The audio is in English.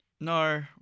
No